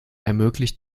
ermöglicht